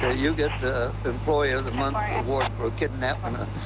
you get the employee of the month award for kidnapping ah